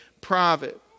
private